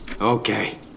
Okay